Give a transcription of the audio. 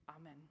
Amen